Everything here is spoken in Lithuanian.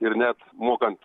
ir net mokant